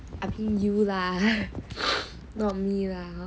you lah not me lah